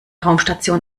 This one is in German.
raumstation